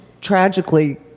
tragically